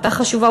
החלטה חשובה,